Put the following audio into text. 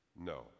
No